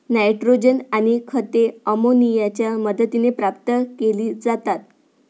nitrogen आणि खते अमोनियाच्या मदतीने प्राप्त केली जातात